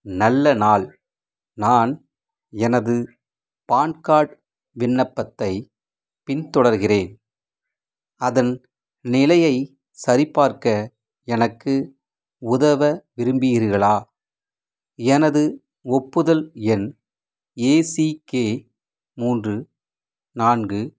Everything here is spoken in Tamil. நல்ல நாள் நான் எனது பான் கார்டு விண்ணப்பத்தைப் பின்தொடர்கிறேன் அதன் நிலையை சரிபார்க்க எனக்கு உதவ விரும்புகிறீர்களா எனது ஒப்புதல் எண் ஏசிகே மூன்று நான்கு